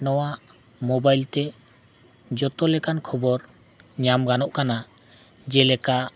ᱱᱚᱣᱟ ᱢᱳᱵᱟᱭᱤᱞ ᱛᱮ ᱡᱚᱛᱚ ᱞᱮᱠᱟᱱ ᱠᱷᱚᱵᱚᱨ ᱧᱟᱢ ᱜᱟᱱᱚᱜ ᱠᱟᱱᱟ ᱡᱮᱞᱮᱠᱟ